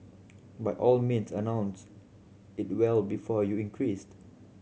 by all means announce it well before you increased